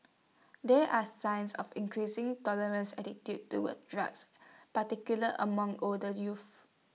there are signs of increasing tolerance attitudes towards drugs particular among older youth